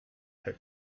her